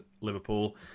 Liverpool